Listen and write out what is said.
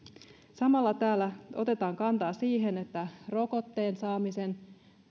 samalla täällä otetaan kantaa siihen että rokotteen saamisen